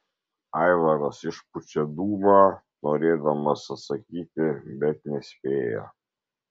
aivaras išpučia dūmą norėdamas atsakyti bet nespėja